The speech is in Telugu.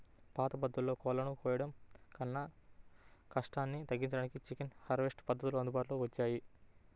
పాత పద్ధతుల్లో కోళ్ళను కోయడంలో ఉన్న కష్టాన్ని తగ్గించడానికే చికెన్ హార్వెస్ట్ పద్ధతులు అందుబాటులోకి వచ్చాయి